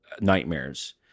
nightmares